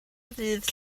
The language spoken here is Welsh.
ddydd